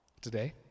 Today